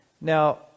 Now